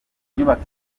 nyubako